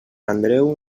andreu